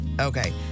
Okay